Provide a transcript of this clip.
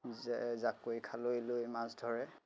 যে জাকৈ খালৈ লৈ মাছ ধৰে